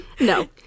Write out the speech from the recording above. No